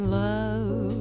love